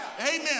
Amen